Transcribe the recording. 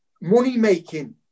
money-making